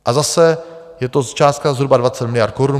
A zase, je to částka zhruba 20 miliard korun.